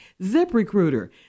ZipRecruiter